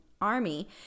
army